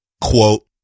Quote